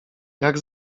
jak